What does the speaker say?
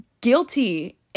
guilty